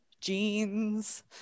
jeans